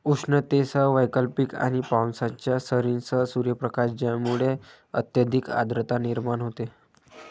उष्णतेसह वैकल्पिक आणि पावसाच्या सरींसह सूर्यप्रकाश ज्यामुळे अत्यधिक आर्द्रता निर्माण होते